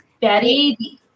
Betty